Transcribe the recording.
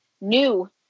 new